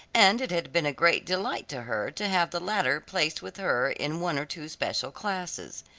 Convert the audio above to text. and it had been a great delight to her to have the latter placed with her in one or two special classes.